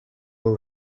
will